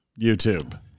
YouTube